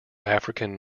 african